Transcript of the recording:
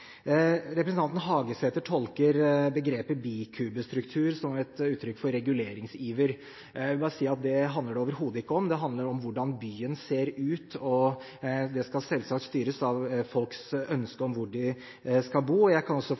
Representanten Hagesæter tolker begrepet «bikubestruktur» som et uttrykk for reguleringsiver. Jeg vil bare si at det handler overhodet ikke om det. Det handler om hvordan byen ser ut, og det skal selvsagt styres av folks ønske om hvor de vil bo. Jeg kan også